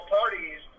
parties